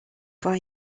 fois